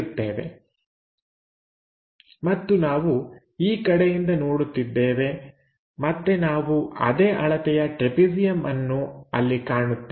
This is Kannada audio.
ಆದ್ದರಿಂದ ಅಲ್ಲಿ ಈ ರೇಖೆ ಮತ್ತು ಕೆಳಗಿನ ಒಂದು ಸೇರುತ್ತದೆ ಮತ್ತು ನಾವು ಈ ಕಡೆಯಿಂದ ನೋಡುತ್ತಿದ್ದೇವೆ ಮತ್ತೆ ನಾವು ಅದೇ ಅಳತೆಯ ಟ್ರೆಪೆಜಿಯಂ ಅನ್ನು ಅಲ್ಲಿ ಕಾಣುತ್ತೇವೆ